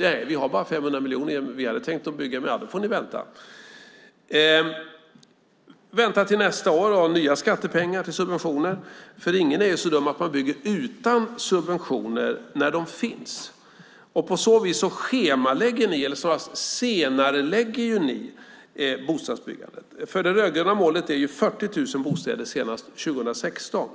Nej, vi har bara 500 miljoner. Men vi hade tänkt bygga. Då får ni vänta. De får vänta till nästa år och nya skattepengar till subventioner, för ingen är så dum att man bygger utan subventioner när de finns. På så vis så schemalägger ni eller snarare senarelägger ni bostadsbyggandet. Det rödgröna målet är 40 000 bostäder senast år 2016.